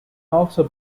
also